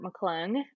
McClung